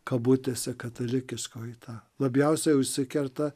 kabutėse katalikiško į tą labiausiai užsikerta